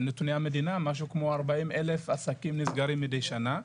משהו כמו 40,000 עסקים נסגרים מידי שנה.